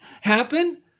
happen